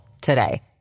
today